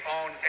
own